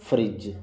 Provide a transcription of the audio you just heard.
fridge